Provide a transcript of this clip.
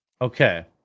Okay